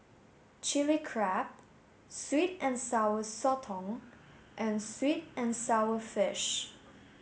chili crab sweet and sour sotong and sweet and sour fish